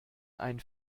ein